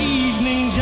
evening